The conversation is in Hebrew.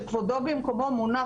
שכבודו במקומו מונח,